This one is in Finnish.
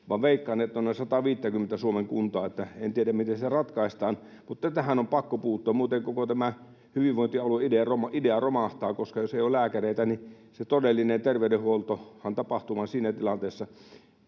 veikkaan, että noin 150:tä Suomen kuntaa. En tiedä, miten se ratkaistaan, mutta tähän on pakko puuttua, muuten koko tämä hyvinvointialueidea romahtaa, jos ei ole lääkäreitä. Se todellinen terveydenhuoltohan, sen sairaan